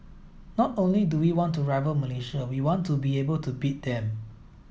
not only do we want to rival Malaysia we want to be able to beat them